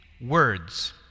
words